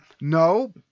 No